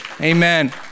Amen